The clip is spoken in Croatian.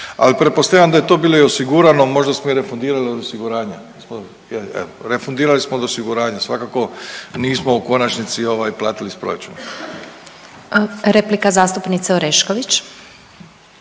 Ali pretpostavljam da je to bilo i osigurano. Možda smo i refundirali od osiguranja, refundirali smo od osiguranja svakako nismo u konačnici platili iz proračuna. **Glasovac, Sabina